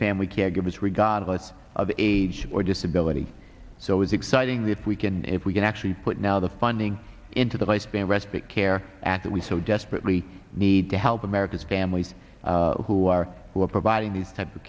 family caregivers regardless of age or disability so it's exciting the if we can if we can actually put now the funding into the vice van respite care act that we so desperately need to help america's families who are who are providing these type of